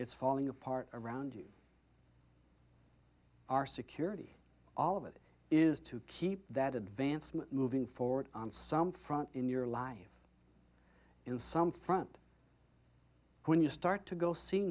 it's falling apart around you our security all of it is to keep that advancement moving forward on some front in your life in some front when you start to go see